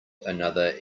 another